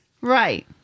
Right